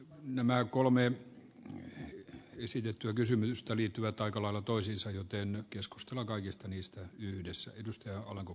nämä kolme nalle esitettyä kysymystä liittyvät aika lailla toisensa jälkeen keskustella kaikista niistä arvoisa puhemies